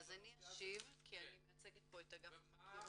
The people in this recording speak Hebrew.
אני אשיב כי אני מייצגת כאן את אגף החקירות,